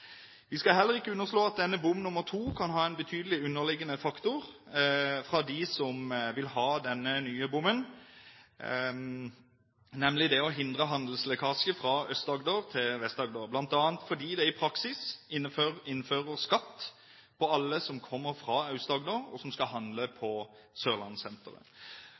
en betydelig underliggende faktor for dem som vil ha denne nye bommen, nemlig å hindre handelslekkasje fra Aust-Agder til Vest-Agder, bl.a. fordi det i praksis blir innført skatt for alle som kommer fra Aust-Agder, og som skal handle på Sørlandssenteret.